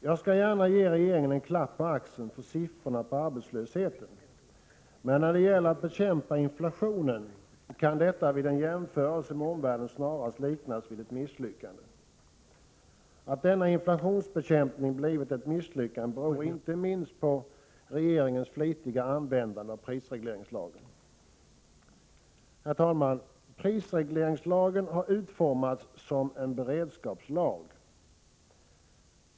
Jag skall gärna ge regeringen en klapp på axeln för arbetslöshetssiffrorna, men det som gjorts för att bekämpa inflationen kan vid en jämförelse med omvärlden snarast liknas vid ett misslyckande. Att inflationsbekämpningen misslyckats beror inte minst på regeringens flitiga användande av prisregleringslagen. Herr talman! Prisregleringslagen har utformats som en beredskapslag.